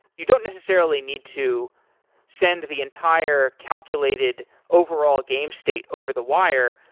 you don't necessarily need to send the entire calculated overall game state over the wire.